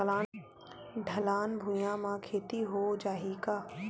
ढलान भुइयां म खेती हो जाही का?